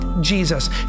Jesus